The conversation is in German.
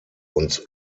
uns